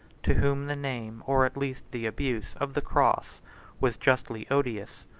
to whom the name, or at least the abuse, of the cross was justly odious.